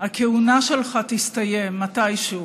הכהונה שלך תסתיים מתישהו.